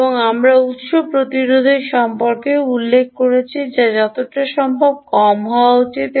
এবং আমরা উত্স প্রতিরোধের সম্পর্কেও উল্লেখ করেছি যা যতটা সম্ভব কম হওয়া উচিত